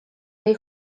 tej